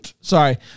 Sorry